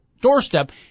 doorstep